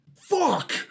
fuck